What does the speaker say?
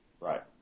Right